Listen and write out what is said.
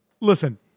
listen